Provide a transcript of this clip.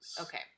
Okay